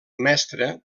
mestre